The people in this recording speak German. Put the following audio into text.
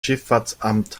schifffahrtsamt